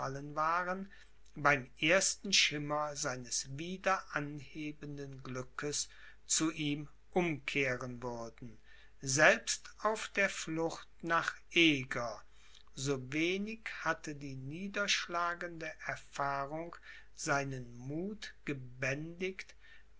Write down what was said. waren beim ersten schimmer seines wieder anhebenden glückes zu ihm umkehren würden selbst auf der flucht nach eger so wenig hatte die niederschlagende erfahrung seinen verwegenen muth gebändigt